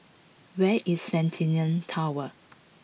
where is Centennial Tower